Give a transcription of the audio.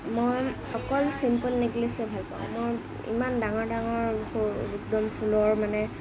মই অকল চিম্পল নেকলেছহে ভালপাওঁ মই ইমান ডাঙৰ ডাঙৰ স একদম ফুলৰ মানে